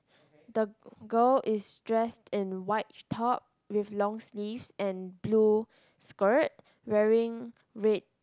the girl is dressed in white top with long sleeves and blue skirt wearing red